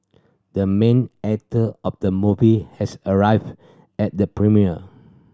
the main actor of the movie has arrived at the premiere